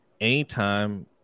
anytime